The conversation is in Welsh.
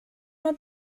ond